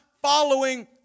following